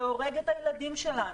זה הורג את הילדים שלנו,